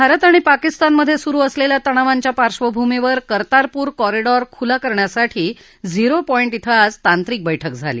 भारत आणि पाकिस्तानमध्ये सुरु असलेल्या तणावांच्या पार्श्वभूमीवर कर्तारपूर कॉरिडॉर खुला करण्यासाठी झिरो पॉईण्टमध्ये आज तांत्रिक बैठक झाली